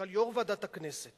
למשל יושב-ראש ועדת הכנסת